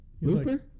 Looper